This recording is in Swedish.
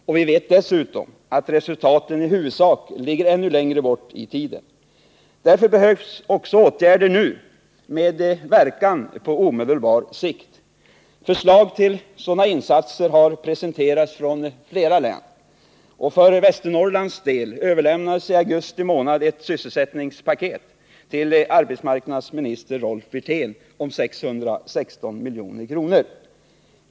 Och vi vet dessutom att resultaten i huvudsak ligger ännu längre bort i tiden. Därför behövs också åtgärder nu, med verkan på omedelbar sikt. Förslag till sådana insatser har presenterats från flera län, och för Västernorrlands del överlämnades i augusti månad ett sysselsättningspaket till arbetsmarknadsminister Rolf Wirtén om 616 milj.kr.